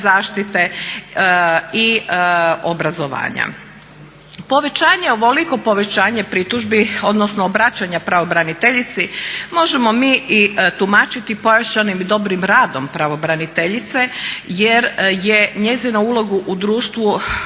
zaštite i obrazovanja. Povećanje, ovoliko povećanje pritužbi odnosno obraćanja pravobraniteljici možemo mi i tumačiti pojačanim i dobrim radom pravobraniteljice jer je njezina uloga u društvu